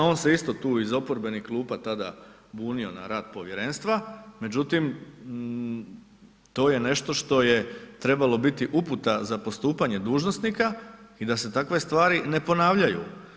On se isto tu iz oporbenih klupa tada bunio na rad povjerenstva, međutim to je nešto što je trebalo biti uputa za postupanje dužnosnika i da se takve stvari ne ponavljaju.